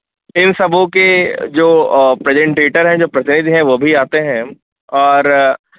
इन सबों के जो प्रेजेंटेटर हैं जो प्रतिनिधि हैं वह सभी आते हैं और